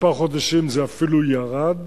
כמה חודשים זה אפילו ירד,